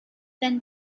then